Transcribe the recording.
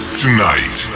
tonight